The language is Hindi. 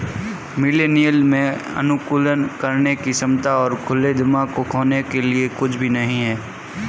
मिलेनियल में अनुकूलन करने की क्षमता और खुले दिमाग को खोने के लिए कुछ भी नहीं है